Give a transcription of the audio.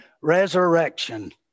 resurrection